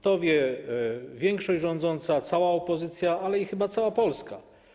To wie większość rządząca, cała opozycja, ale i chyba cała Polska.